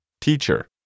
Teacher